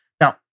Now